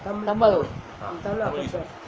tamil